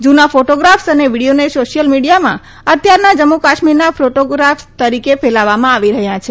જૂના ફોટોગ્રાફસ અને વીડિયોને સોશિયલ મીડિયામાં અત્યારના જમ્મુ કાશ્મીરના ફોટોગ્રાફ્સ તરીકે ફેલાવવામાં આવી રહ્યા છે